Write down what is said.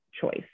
choice